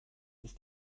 ist